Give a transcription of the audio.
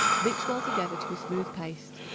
mix well together to a smooth paste.